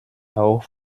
auch